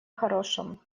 хорошем